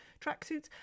tracksuits